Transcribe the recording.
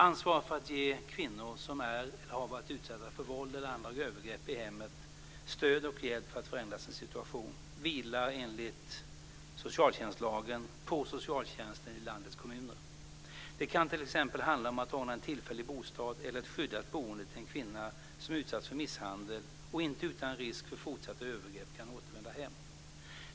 Ansvaret för att ge kvinnor som är eller har varit utsatta för våld eller andra övergrepp i hemmet stöd och hjälp för att förändra sin situation vilar enligt socialtjänstlagen på socialtjänsten i landets kommuner. Det kan t.ex. handla om att ordna en tillfällig bostad eller ett skyddat boende till en kvinna som utsatts för misshandel och som inte utan risk för fortsatta övergrepp kan återvända hem.